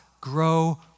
grow